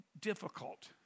difficult